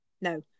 No